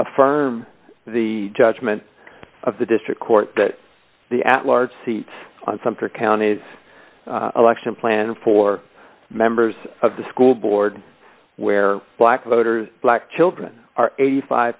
affirm the judgment of the district court that the at large seat on some three counties election planned for members of the school board where black voters black children are eighty five